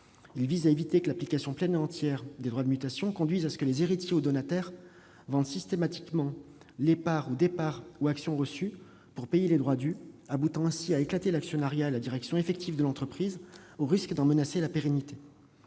il vise à éviter que l'application pleine et entière des droits de mutation ne conduise à ce que les héritiers ou donataires vendent systématiquement les parts ou actions reçues, ou certaines d'entre elles, afin de payer les droits dus. Sans cela, on aboutirait à éclater l'actionnariat et la direction effective de l'entreprise, au point d'en menacer la pérennité.